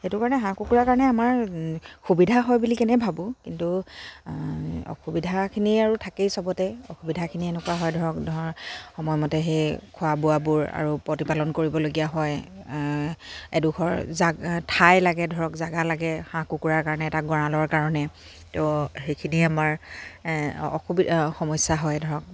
সেইটো কাৰণে হাঁহ কুকুৰাৰ কাৰণে আমাৰ সুবিধা হয় বুলি কেনে ভাবোঁ কিন্তু অসুবিধাখিনি আৰু থাকেই সবতে অসুবিধাখিনি এনেকুৱা হয় ধৰক ধৰ সময়মতে সেই খোৱা বোৱাবোৰ আৰু প্ৰতিপালন কৰিবলগীয়া হয় এডোখৰ জেগা ঠাই লাগে ধৰক জেগা লাগে হাঁহ কুকুৰাৰ কাৰণে এটা গঁৰালৰ কাৰণে ত' সেইখিনিয়ে আমাৰ অসু সমস্যা হয় ধৰক